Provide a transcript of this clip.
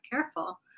careful